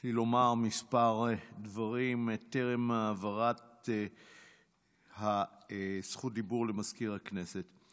יש לי לומר כמה דברים טרם העברת זכות הדיבור למזכיר הכנסת.